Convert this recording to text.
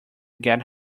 get